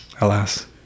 alas